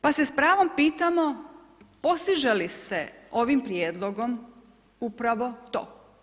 Pa se s pravom pitamo, postiže li se ovim prijedlogom upravo to.